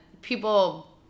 people